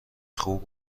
خوب